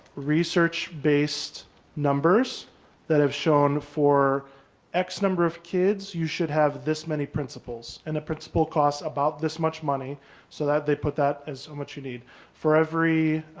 research based on numbers that have shown for x number of kids you should have this many principals and the principal cost about this much money so that they put that as much you need for every